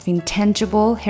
Intangible